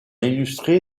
illustré